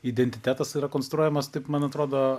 identitetas yra konstruojamas taip man atrodo